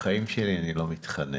בחיים שלי אני לא מתחנן,